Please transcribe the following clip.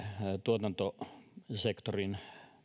tuotantosektorin